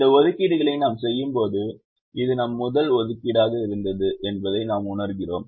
இந்த ஒதுக்கீடுகளை நாம் செய்யும்போது இது நம் முதல் ஒதுக்கீடாக இருந்தது என்பதை நாம் உணர்கிறோம்